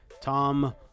Tom